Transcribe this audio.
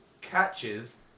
catches